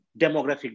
demographic